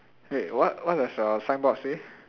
wait what what does your signboard say